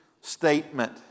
statement